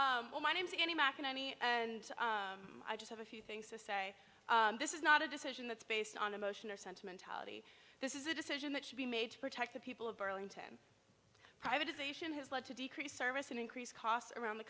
fine well my name's any mcnamee and i just have a few things to say this is not a decision that's based on emotion or sentimentality this is a decision that should be made to protect the people of burlington privatization has led to decreased service and increased costs around the